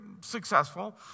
successful